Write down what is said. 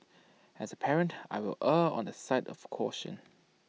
as A parent I will err on the side of caution